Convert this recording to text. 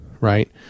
Right